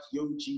Yoji